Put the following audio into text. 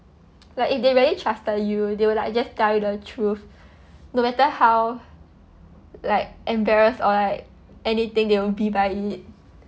like if they really trusted you they will like just tell you the truth no matter how like embarrassed or like anything they will be by it